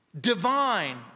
Divine